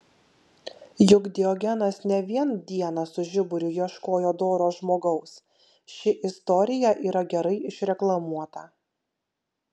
juk diogenas ne vien dieną su žiburiu ieškojo doro žmogaus ši istorija yra gerai išreklamuota